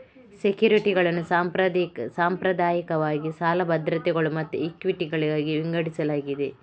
ಸೆಕ್ಯುರಿಟಿಗಳನ್ನು ಸಾಂಪ್ರದಾಯಿಕವಾಗಿ ಸಾಲ ಭದ್ರತೆಗಳು ಮತ್ತು ಇಕ್ವಿಟಿಗಳಾಗಿ ವಿಂಗಡಿಸಲಾಗಿದೆ